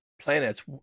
planets